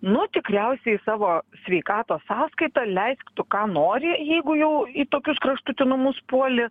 nu tikriausiai savo sveikatos sąskaita leisk tu ką nori jeigu jau į tokius kraštutinumus puoli